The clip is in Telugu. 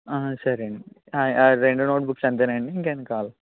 సరే అండి రెండు నోట్ బుక్స్ అంతే అండి ఇంకా ఏమన్న కావాలా